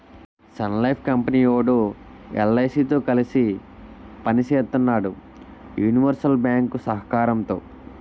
Sun Life company వోడు LIC తో కలిసి పని సేత్తన్నాడు యూనివర్సల్ బ్యేంకు సహకారంతో